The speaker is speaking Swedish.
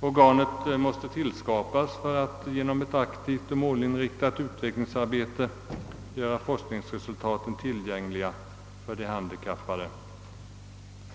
Organet måste tillskapas för att genom ett aktivt och målinriktat vetenskapligt arbete göra forskningsresultaten tillgängliga för de handikappade